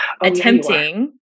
attempting